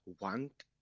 want